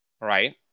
right